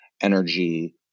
energy